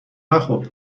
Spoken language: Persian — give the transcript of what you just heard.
نخور